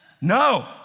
No